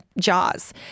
jaws